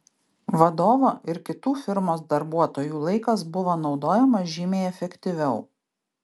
vadovo ir kitų firmos darbuotojų laikas buvo naudojamas žymiai efektyviau